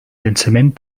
llançament